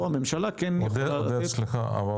פה הממשלה כן יכולה לתת --- סליחה, עודד.